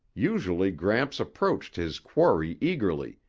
usually gramps approached his quarry eagerly,